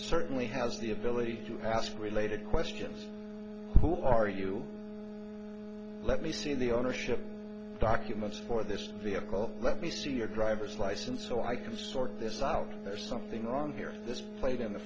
certainly has the ability to pass related questions who are you let me see the ownership documents for this vehicle let me see your driver's license so i can sort this out there's something wrong here this late in the